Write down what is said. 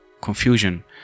confusion